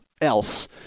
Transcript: else